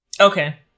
Okay